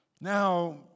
Now